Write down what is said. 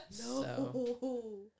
No